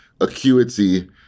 acuity